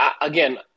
again